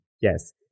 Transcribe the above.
Yes